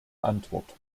antwort